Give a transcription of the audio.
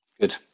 Good